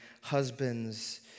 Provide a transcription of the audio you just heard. husbands